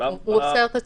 הוא אוסר תצהיר.